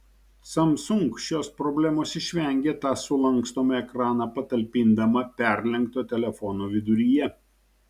samsung šios problemos išvengė tą sulankstomą ekraną patalpindama perlenkto telefono viduryje